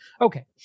Okay